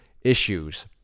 issues